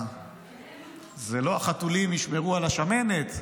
זה לא החתולים ישמרו על השמנת,